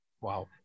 wow